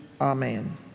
amen